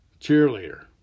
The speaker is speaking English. cheerleader